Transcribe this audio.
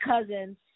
Cousins